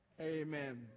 Amen